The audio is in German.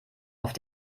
auf